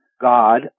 God